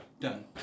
Done